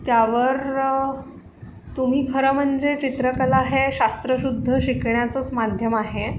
त्यावर तुम्ही खरं म्हणजे चित्रकला हे शास्त्रशुद्ध शिकण्याचंच माध्यम आहे